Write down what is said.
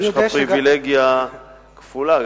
יש לך פריווילגיה כפולה,